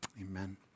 amen